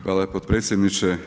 Hvala potpredsjedniče.